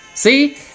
See